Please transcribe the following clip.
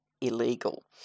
illegal